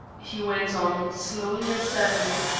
he went on slowly and sadly,